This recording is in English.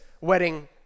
wedding